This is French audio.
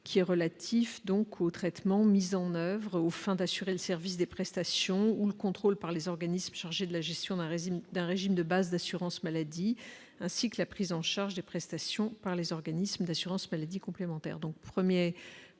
qui est relatif donc au traitement mis en oeuvre aux fins d'assurer le service des prestations ou le contrôle par les organismes chargés de la gestion d'un régime d'un régime de base d'assurance maladie, ainsi que la prise en charge de prestations par les organismes d'assurance maladie complémentaire donc 1er Première